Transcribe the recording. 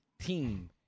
team